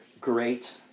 Great